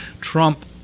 trump